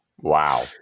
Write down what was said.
wow